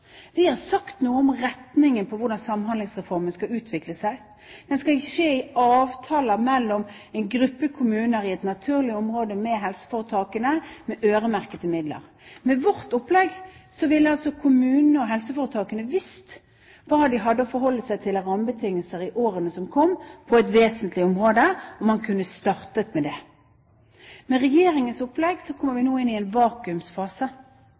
har sagt noe om retningen på hvordan Samhandlingsreformen skal utvikle seg. Den skal skje i avtaler mellom en gruppe kommuner i et naturlig område med helseforetakene, med øremerkede midler. Med vårt opplegg ville altså kommunene og helseforetakene ha visst hva de hadde å forholde seg til av rammebetingelser i årene som kom, på et vesentlig område, og man kunne startet med det. Med Regjeringens opplegg kommer vi nå inn i en